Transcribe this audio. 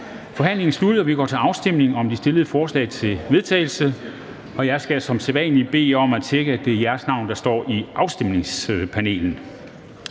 Forhandlingen er sluttet, og vi går til afstemning om de fremsatte forslag til vedtagelse. Jeg skal som sædvanlig bede om, at man tjekker, at det er ens navn, der står i afstemningspanelet.